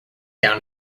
down